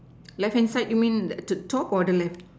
left hand side you mean like the top or the left